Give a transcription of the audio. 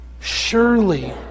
Surely